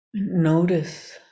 Notice